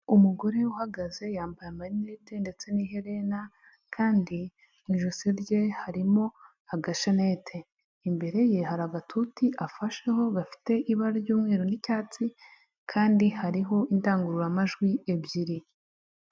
Umugore uhagaze yambaye amanerite ndetse n'iherena kandi mu ijosi rye harimo agashanete, imbere ye hari agatuti afasheho gafite ibara ry'umweru n'icyatsi kandi hariho indangururamajwi ebyiri.